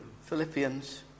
Philippians